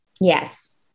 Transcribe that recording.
Yes